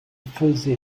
faisait